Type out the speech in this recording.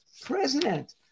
president